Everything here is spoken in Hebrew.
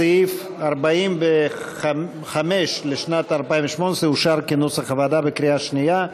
סעיף 45 לשנת 2018 אושר כנוסח הוועדה בקריאה שנייה.